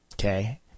okay